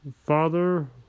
Father